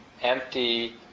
empty